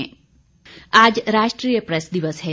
press दिवस आज राष्ट्रीय प्रेस दिवस है